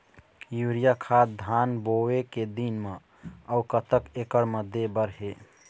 Urea खाद धान बोवे के दिन म अऊ कतक एकड़ मे दे बर हे?